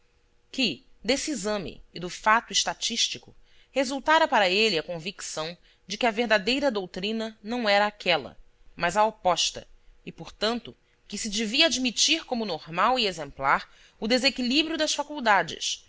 que desse exame e do fato estatístico resultara para ele a convicção de que a verdadeira doutrina não era aquela mas a oposta e portanto que se devia admitir como normal e exemplar o desequilíbrio das faculdades